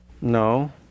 no